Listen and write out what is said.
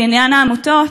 בעניין העמותות,